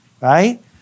right